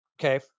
Okay